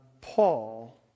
Paul